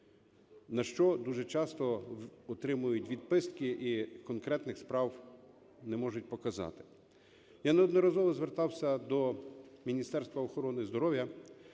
на що дуже часто отримують відписки і конкретних справ не можуть показати. Я неодноразово звертався до Міністерства охорони здоров'я